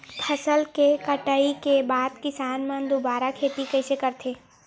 फसल के कटाई के बाद किसान मन दुबारा खेती कइसे करथे?